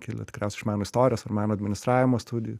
kilę tikriausiai iš meno istorijos ar meno administravimo studijų